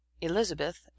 Elizabeth